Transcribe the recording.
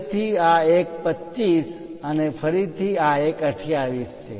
ફરીથી આ એક 25 અને ફરીથી આ એક 28 છે